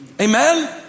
Amen